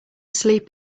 sleep